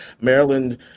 Maryland